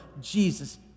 Jesus